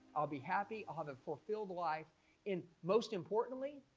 i'll be happy i'll have a fulfilled life in most importantly